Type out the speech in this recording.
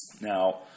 Now